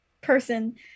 person